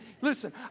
Listen